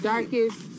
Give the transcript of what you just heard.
Darkest